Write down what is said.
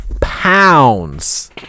pounds